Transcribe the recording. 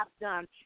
done